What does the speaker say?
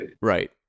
Right